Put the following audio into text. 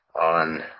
on